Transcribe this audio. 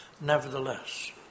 nevertheless